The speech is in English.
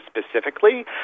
specifically